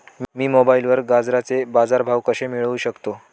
मी मोबाईलवर गाजराचे बाजार भाव कसे मिळवू शकतो?